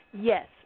Yes